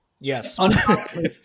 Yes